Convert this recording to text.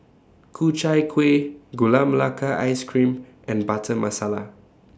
Ku Chai Kuih Gula Melaka Ice Cream and Butter Masala